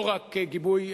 לא רק גיבוי